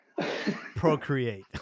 Procreate